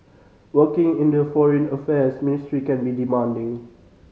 working in the Foreign Affairs Ministry can be demanding